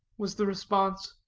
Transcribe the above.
was the response.